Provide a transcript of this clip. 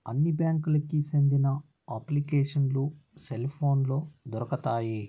అన్ని బ్యాంకులకి సెందిన అప్లికేషన్లు సెల్ పోనులో దొరుకుతాయి